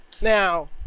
now